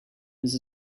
his